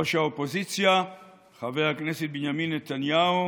ראש האופוזיציה חבר הכנסת בנימין נתניהו